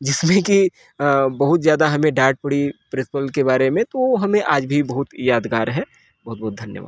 जिसमे की अ बहुत ज्यादा हमें डांट पड़ी प्रिंसिपल के बारे में तो हमें आज भी बहुत यादगार है बहोत बहोत धन्यवाद